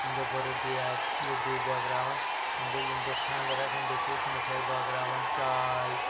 ییٚمہِ دۄہ بٔرٕۄڈے آسہِ لَڑوٗ بٲگراوَان وۄںۍ گوٚو ییٚمہِ دۄہ خاندَر آسہِ اَمہِ دۄہ چھِ أسۍ مِٹھٲے بٲگراوَان چاے